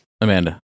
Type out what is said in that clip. Amanda